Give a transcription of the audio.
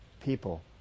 people